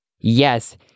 Yes